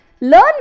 learn